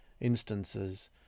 instances